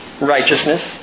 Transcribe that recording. righteousness